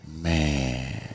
Man